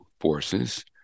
forces